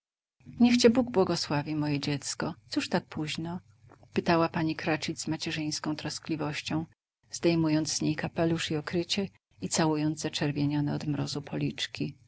niech cię bóg błogosławi moje dziecko cóż tak późno pytała pani cratchit z macierzyńską troskliwością zdejmując z niej kapelusz i okrycie i całując zaczerwienione od mrozu policzki